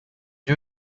you